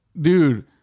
Dude